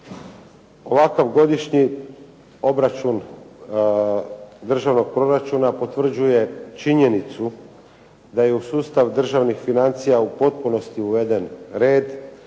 Ovakav godišnji obračun državnog proračuna potvrđuje činjenicu da je u sustav državnih financija u potpunosti uveden red,